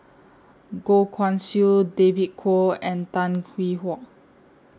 Goh Guan Siew David Kwo and Tan Hwee Hock